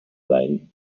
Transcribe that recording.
line